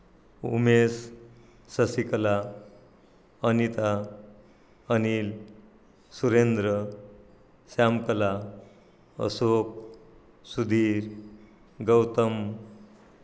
Umesh Shashikala Anita Anil Surendra Shyamkala Ashok Sudhir Gautam